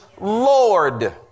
Lord